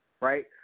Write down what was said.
right